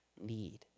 need